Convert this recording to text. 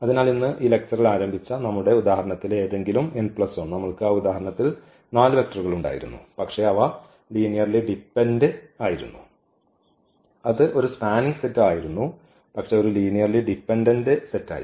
അതിനാൽ ഇന്ന് ഈ ലെക്ചർ ആരംഭിച്ച നമ്മുടെ ഉദാഹരണത്തിലെ ഏതെങ്കിലും n 1 നമ്മൾക്ക് ആ ഉദാഹരണത്തിൽ 4 വെക്റ്ററുകളുണ്ടായിരുന്നു പക്ഷേ അവ ലീനിയർലി ഡിപെൻഡ് ചെയ്തിരിക്കുന്നു അത് ഒരു സ്പാനിങ് സെറ്റ് ആയിരുന്നു പക്ഷേ ഇത് ഒരു ലീനിയർലി ഡിപെൻഡന്റ് സെറ്റായിരുന്നു